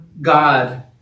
God